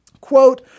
Quote